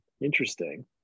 Interesting